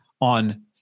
on